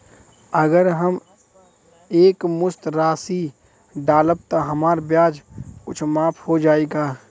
अगर हम एक मुस्त राशी डालब त हमार ब्याज कुछ माफ हो जायी का?